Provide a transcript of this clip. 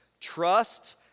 Trust